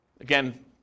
Again